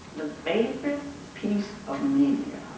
favorite piece of media.